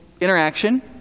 interaction